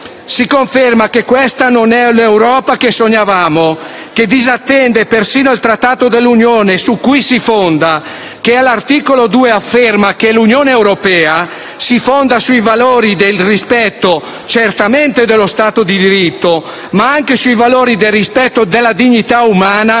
Si conferma che questa non è l'Europa che sognavamo, che disattende persino il Trattato su cui si fonda l'Unione, che all'articolo 2 afferma che l'Unione europea si fonda certamente sui valori del rispetto dello Stato di diritto, ma anche sui valori del rispetto della dignità umana,